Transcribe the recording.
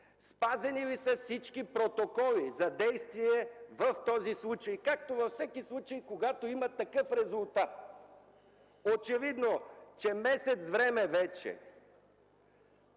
спазени ли са всички протоколи за действия в този случай, както във всеки случай, когато има такъв резултат. Очевидно, че вече месец време